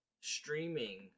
streaming